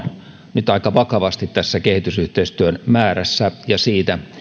nyt aika vakavasti tässä kehitysyhteistyön määrässä ja siinä